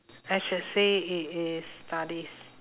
I should say it is studies